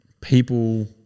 people